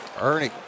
Ernie